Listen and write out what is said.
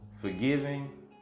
Forgiving